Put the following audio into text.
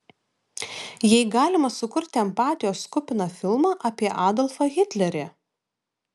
jei galima sukurti empatijos kupiną filmą apie adolfą hitlerį